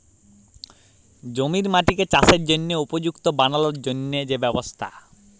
জমির মাটিকে চাসের জনহে উপযুক্ত বানালর জন্হে যে ব্যবস্থা